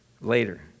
later